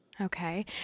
Okay